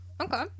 Okay